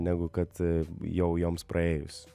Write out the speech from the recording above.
negu kad jau joms praėjus